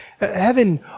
heaven